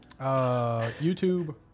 YouTube